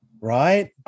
Right